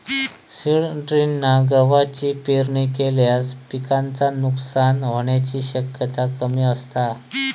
seed ड्रिलना गवाची पेरणी केल्यास पिकाचा नुकसान होण्याची शक्यता कमी असता